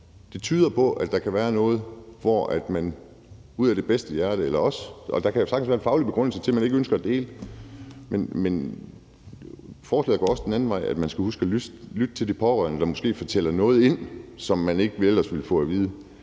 det tyder på, at der kan være noget, hvor man af bedste mening – og der kan jo sagtens være en faglig begrundelse for det – ikke ønsker at dele det. Men forslaget går også den anden vej, nemlig at man skal huske at lytte til de pårørende, der måske fortæller noget, som man ellers ikke ville få at vide.